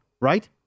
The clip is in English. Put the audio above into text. right